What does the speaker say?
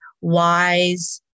wise